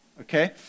Okay